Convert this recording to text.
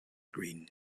green